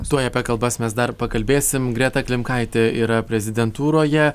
tuoj apie kalbas mes dar pakalbėsim greta klimkaitė yra prezidentūroje